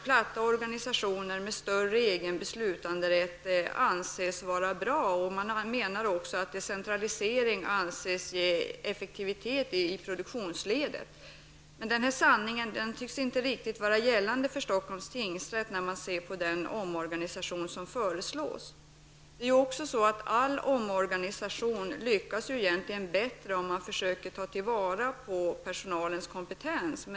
Platta organisationer med större egen beslutanderätt anses i dag vara bra, och det anses också att decentralisering ger effektivitet i produktionsledet. Men denna sanning tycks inte gälla riktigt för Stockholms tingsrätt, om man ser på den omorganisation som föreslås. All omorganisation lyckas bäst om man försöker ta vara på personalens kompetens.